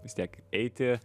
vis tiek eiti